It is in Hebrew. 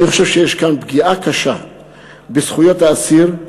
אני חושב שיש כאן פגיעה קשה בזכויות האסיר,